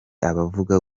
abavuga